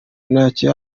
ntacyo